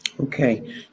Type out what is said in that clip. Okay